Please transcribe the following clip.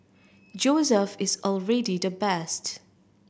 Joseph is already the best